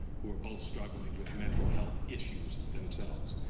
who are both struggling with mental health issues themselves.